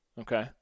Okay